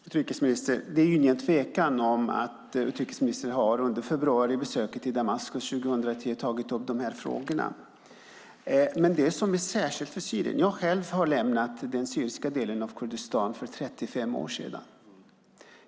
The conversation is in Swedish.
Herr talman! Det är ingen tvekan om att utrikesministern under besöket i Damaskus i februari 2010 har tagit upp dessa frågor. Men jag ska nämna vad som är särskilt för Syrien. Jag har själv lämnat den syriska delen av Kurdistan för 35 år sedan.